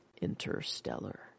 interstellar